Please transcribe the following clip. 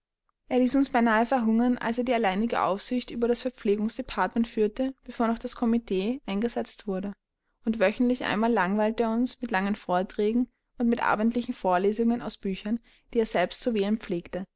er ließ uns beinahe verhungern als er die alleinige aufsicht über das verpflegungsdepartement führte bevor noch das comit eingesetzt wurde und wöchentlich einmal langweilte er uns mit langen vorträgen und mit abendlichen vorlesungen aus büchern die er selbst zu wählen pflegte